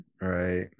right